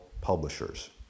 publishers